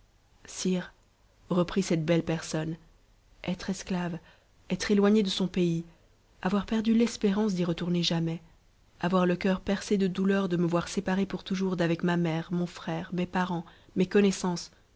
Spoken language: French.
sire reprit cette belle personne être esclave être éloignée de son pays avoir perdu l'espérance d'y retourner jamais avoir le cceur percé de douleur de me voir séparée pour toujours d'avec ma mère mon frère mes parents mes connaissances